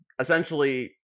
essentially